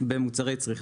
במוצרי צריכה.